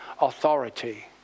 authority